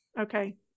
Okay